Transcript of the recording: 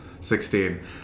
16